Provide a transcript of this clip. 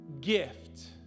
gift